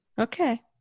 Okay